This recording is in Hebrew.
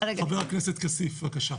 חבר הכנסת כסיף, בקשה.